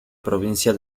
provincia